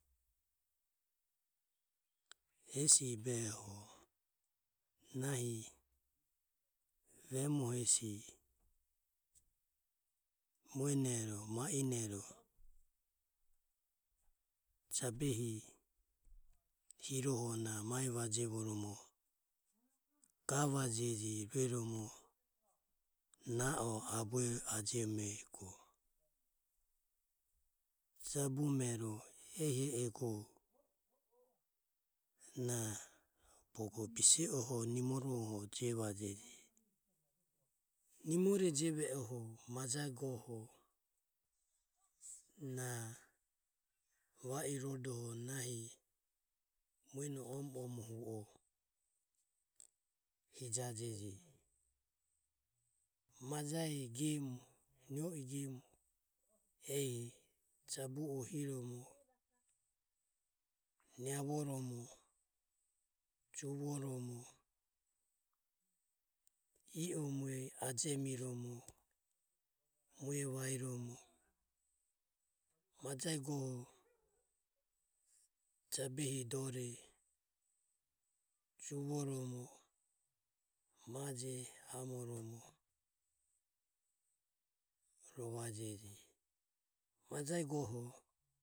Hesi behoho nahi vehohesi muenero, maienero jabehi hiroho n amae vajevoromo gavajege rueromo na o abue ajeme go jabumero ehi e ego nab ogo bisemuho nimore jevajeje. Amore jeve oho majae goho na va irodoho nahi mueno omo omo hu o hijaje ge majae gemu nio i gemu ehi jabu o hiromo naivoromo juvoromo i o mue ajemiromo, mue vaeromo majae goho jabehi dore juvoromo maje amoromo rovajege, majae goho.